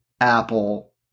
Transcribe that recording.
Apple